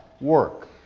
work